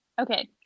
Okay